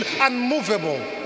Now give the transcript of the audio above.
unmovable